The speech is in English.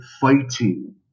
fighting